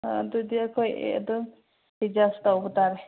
ꯑꯗꯨꯗꯤ ꯑꯩꯈꯣꯏ ꯑꯗꯨꯝ ꯑꯦꯗꯖꯁ ꯇꯧꯕ ꯇꯥꯔꯦ